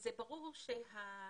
ברור שעל